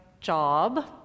job